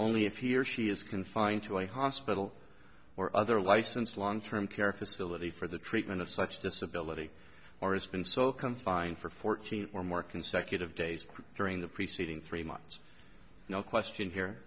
only if he or she is confined to a hospital or other licensed long term care facility for the treatment of such disability or has been so confined for fourteen or more consecutive days during the preceding three months no question here